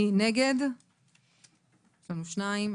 נגד שניים.